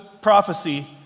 prophecy